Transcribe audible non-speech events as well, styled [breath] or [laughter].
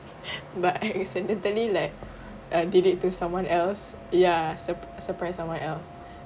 [breath] but I accidentally like uh did it to someone else ya surp~ surprise someone else